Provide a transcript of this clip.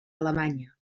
alemanya